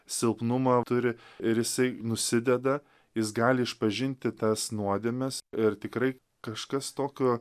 silpnumą turi ir jisai nusideda jis gali išpažinti tas nuodėmes ir tikrai kažkas tokio